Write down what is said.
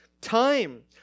time